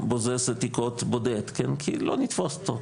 בוזז עתיקות בודד, כי לא נתפוס אותו.